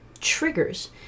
triggers